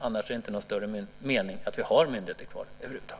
Annars är det inte någon större mening med att vi har myndigheter kvar över huvud taget.